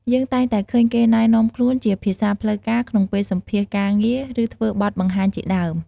យើងតែងតែឃើញគេណែនាំខ្លួនជាភាសាផ្លូវការ ក្នុងពេលសម្ភាសការងារ ឬធ្វើបទបង្ហាញជាដើម។